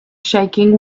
shaking